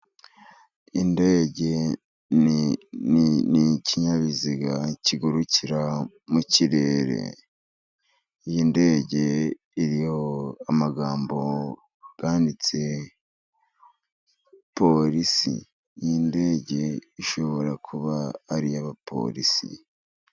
Indege n'ikinyabiziga kigurukira mu kirere, iyi ndege iriho amagambo banditse polisi, iy'indege ishobora kuba ariy'abapolisi.